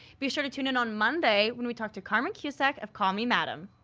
be sure to tune in on monday, when we talk to carmen cusack of call me madam.